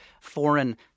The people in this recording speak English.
foreign